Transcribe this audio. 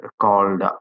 called